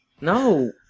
No